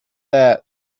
that